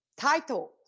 title